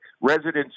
residents